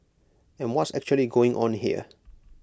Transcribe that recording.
and what's actually going on here